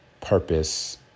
purpose